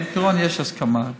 בעיקרון יש הסכמה,